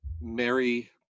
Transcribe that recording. Mary